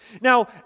Now